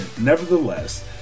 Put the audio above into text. nevertheless